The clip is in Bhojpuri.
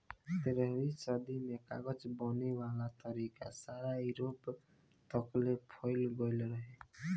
तेरहवीं सदी में कागज बनावे वाला तरीका सारा यूरोप तकले फईल गइल रहे